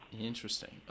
Interesting